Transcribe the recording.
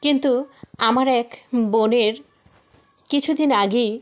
কিন্তু আমার এক বোনের কিছু দিন আগেই